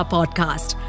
Podcast